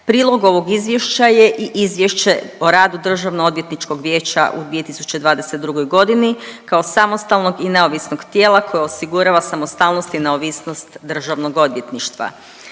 Prilog ovog Izvješća je i Izvješće o radu Državnoodvjetničkog vijeća u 2022. g. kao samostalnog i neovisnog tijela koje osigurava samostalnost i neovisnost DORH-a.